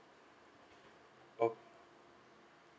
okay